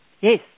Yes